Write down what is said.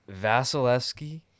Vasilevsky